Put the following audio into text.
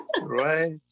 Right